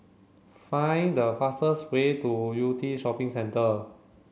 find the fastest way to Yew Tee Shopping Centre